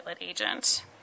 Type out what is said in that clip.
agent